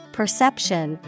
perception